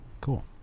cool